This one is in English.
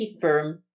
firm